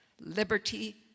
liberty